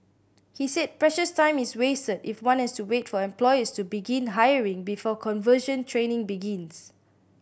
he said precious time is wasted if one has to wait for employers to begin hiring before conversion training begins